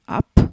up